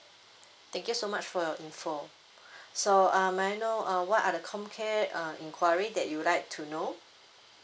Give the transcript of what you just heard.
thank you so much for your info so uh may I know uh what are the comcare uh enquiry that you'll like to know